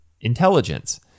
intelligence